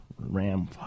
Ram